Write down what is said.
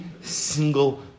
single